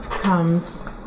comes